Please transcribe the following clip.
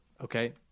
Okay